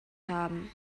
haben